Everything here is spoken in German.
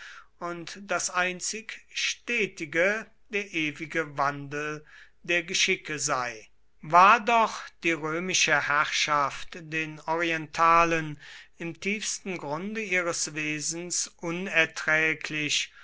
und das einzig stetige der ewige wandel der geschicke sei war doch die römische herrschaft der orientalen im tiefsten grunde ihres wesens unerträglich